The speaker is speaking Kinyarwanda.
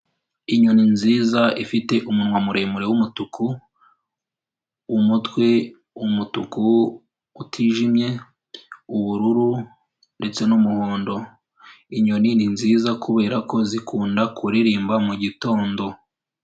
Inyoni nziza ifite umunwa muremure w'umutuku, umutwe umutuku utijimye ubururu ndetse n'umuhondo, inyoni ni nziza kubera ko zikunda kuririmba mu gitondo.